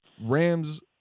Rams